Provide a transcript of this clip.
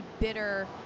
bitter